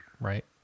right